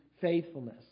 faithfulness